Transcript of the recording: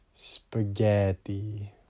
Spaghetti